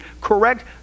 correct